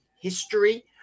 history